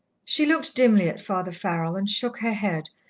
she looked dimly at father farrell, and shook her head,